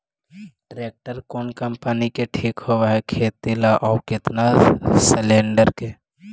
Tractor कोन company के ठीक होब है खेती ल औ केतना सलेणडर के?